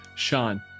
Sean